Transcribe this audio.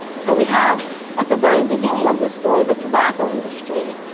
so we have at the very beginning of this story the tobacco industry,